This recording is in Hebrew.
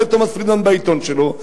אומר תומס פרידמן בעיתון שלו,